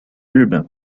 日本